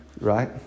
right